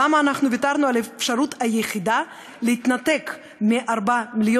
למה ויתרנו על האפשרות היחידה להתנתק מארבעה מיליון